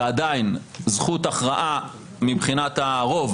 ועדיין זכות הכרעה מבחינת הרוב,